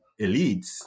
elites